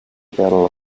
battle